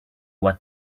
what